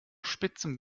spitzem